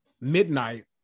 midnight